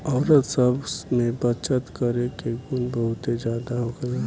औरत सब में बचत करे के गुण बहुते ज्यादा होखेला